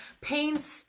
painstaking